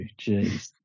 Jeez